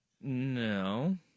No